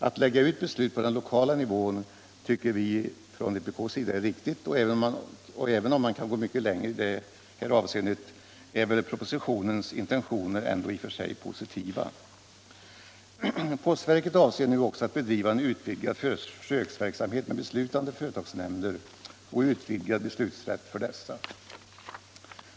Att lägga ut beslut på den lokala nivån tycker vi från vpk:s sida är riktigt, och även om man kan gå mycket längre i detta avseende är propositionens intentioner i och för sig positiva. Postverket avser nu också att bedriva en utvidgad försöksverksamhet med beslutande företagsnämnder och utvidgad beslutsrätt för dessa.